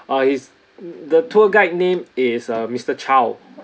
uh he's the tour guide name is uh mister Chau okay